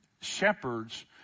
shepherds